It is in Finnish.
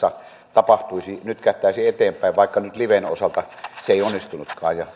nytkähtäisi eteenpäin vaikka nyt liven osalta ei onnistunutkaan ja